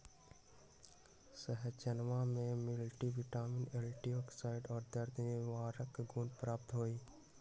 सहजनवा में multivitamins antioxidant और दर्द निवारक गुण पावल जाहई